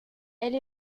elle